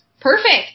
Perfect